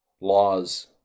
laws